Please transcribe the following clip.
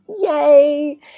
Yay